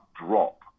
drop